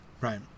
right